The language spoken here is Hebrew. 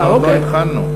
אנחנו עוד לא התחלנו.